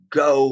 go